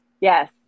Yes